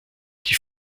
die